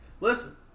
listen